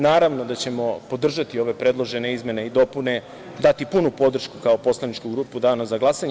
Naravno, da ćemo podržati ove predložene izmene i dopune, dati punu podršku kao poslaničku grupu dana za glasanje.